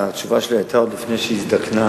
התשובה שלי היתה עוד לפני שהיא הזדקנה,